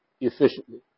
efficiently